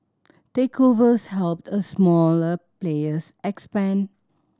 takeovers helped a smaller players expand